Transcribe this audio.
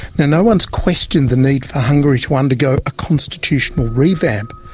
and no one has questioned the need for hungary to undergo a constitutional revamp,